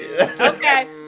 Okay